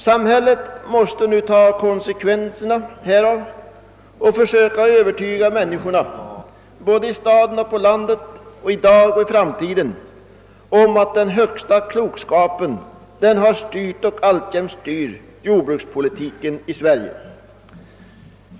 Samhället måste nu ta konsekvenserna härav och försöka övertyga människorna både i staden och på landet, i dag och i framtiden, om, att den högsta klokskapen har styrt och alltjämt styr jordbrukspolitiken i Sverige.